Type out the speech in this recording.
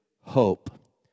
hope